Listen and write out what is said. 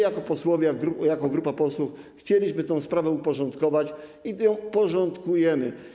Jako posłowie, jako grupa posłów chcieliśmy tę sprawę uporządkować i ją porządkujemy.